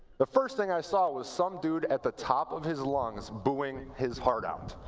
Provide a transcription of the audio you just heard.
the first thing i saw was some dude at the top of his lungs booing his heart out.